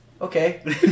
Okay